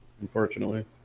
unfortunately